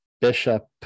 bishop